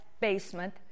basement